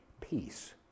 Peace